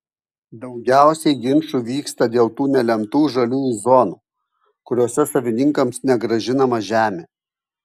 daugiausiai ginčų vyksta dėl tų nelemtų žaliųjų zonų kuriose savininkams negrąžinama žemė